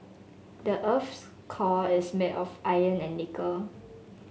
the earth's core is made of iron and nickel